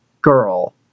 girl